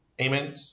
Amen